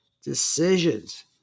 decisions